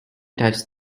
touched